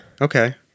Okay